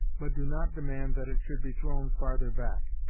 but do not demand that it should be thrown farther back.